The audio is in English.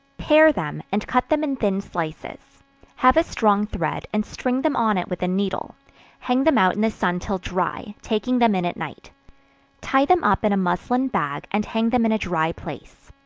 pare them, and cut them in thin slices have a strong thread, and string them on it with a needle hang them out in the sun till dry, taking them in at night tie them up in a muslin bag, and hang them in a dry place.